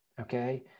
okay